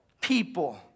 people